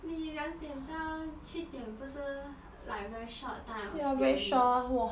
可是你两点到七点不是 like very short time of sleep only